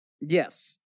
Yes